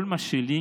כל מה שלי,